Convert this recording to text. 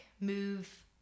move